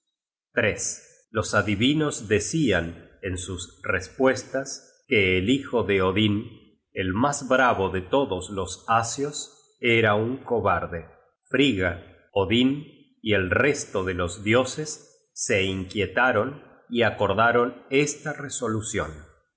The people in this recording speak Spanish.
at los adivinos decian en sus respuestas que el hijo de odin el mas bravo de todos los asios era un cobarde frigga odin y el resto de los dioses se inquietaron y acordaron esta resolucion